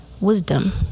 wisdom